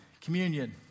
communion